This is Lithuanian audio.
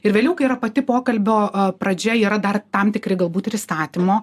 ir vėliau kai yra pati pokalbio pradžia yra dar tam tikri galbūt ir įstatymo